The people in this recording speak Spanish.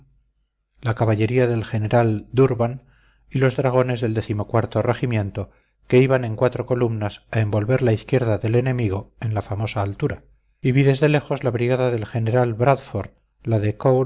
la caballería del general d'urban y los dragones del decimocuarto regimiento que iban en cuatro columnas a envolver la izquierda del enemigo en la famosa altura y vi desde lejos la brigada del general bradford la de